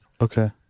Okay